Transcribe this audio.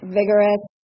vigorous